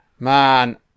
Man